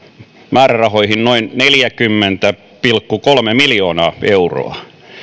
määrärahoihin noin neljäkymmentä pilkku kolme miljoonaa euroa